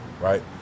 right